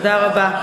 תודה רבה.